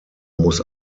muss